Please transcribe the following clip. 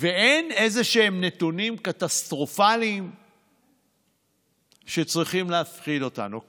ואין איזשהם נתונים קטסטרופליים שצריכים להפחיד אותנו.